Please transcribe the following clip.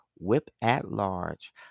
whip-at-large